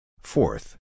Fourth